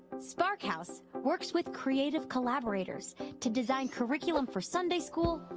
sparkhouse works with creative collaborators to design curriculum for sunday school,